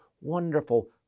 wonderful